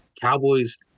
Cowboys